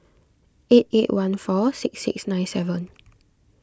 eight eight one four six six nine seven